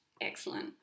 excellent